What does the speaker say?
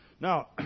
Now